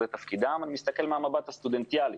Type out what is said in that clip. זה תפקידם אני מסתכל מהמבט הסטודנטיאלי,